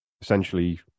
essentially